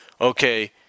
okay